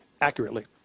accurately